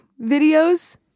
videos